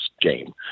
game